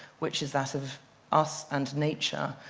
which is that of us and nature.